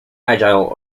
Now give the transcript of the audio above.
agile